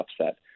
upset